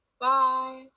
Bye